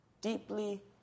Deeply